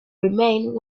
remained